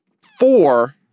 four